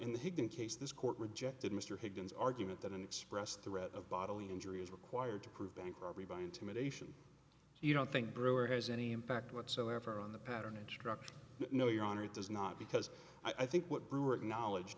in case this court rejected mr higgins argument that an express threat of bodily injury is required to prove bank robbery by intimidation you don't think brewer has any impact whatsoever on the pattern and structure no your honor it does not because i think what brewer acknowledge